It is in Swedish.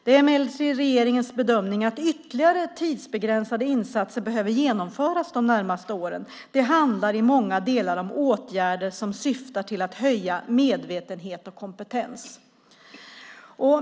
Det är emellertid regeringens bedömning att ytterligare tidsbegränsade insatser behöver genomföras de närmaste åren. Det handlar i många delar om åtgärder som syftar till att höja medvetenhet och kompetens."